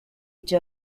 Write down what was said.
age